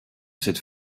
cette